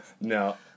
No